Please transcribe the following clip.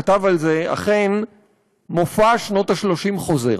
כתב על זה: אכן מופע שנות ה-30 חוזר.